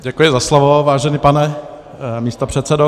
Děkuji za slovo, vážený pane místopředsedo.